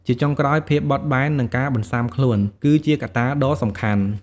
ជាចុងក្រោយ ភាពបត់បែន និងការបន្ស៊ាំខ្លួន គឺជាកត្តាដ៏សំខាន់។